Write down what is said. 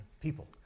people